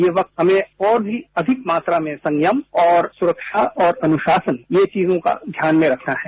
ये वक्त हमें और अधिक मात्रा में संयम और अनुशासन ये चीजों का ध्यान में रखना है